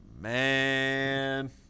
Man